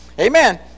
Amen